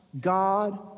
God